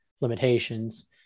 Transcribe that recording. limitations